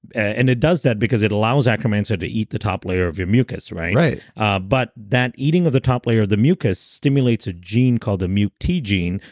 and it does that because it allows akkermansia to eat the top layer of your mucus. ah but that eating of the top layer of the mucus stimulates a gene called a mutigene,